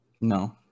no